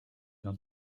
d’un